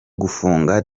gufunga